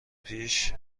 پیش